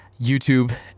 YouTube